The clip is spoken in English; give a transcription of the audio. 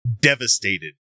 devastated